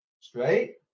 Straight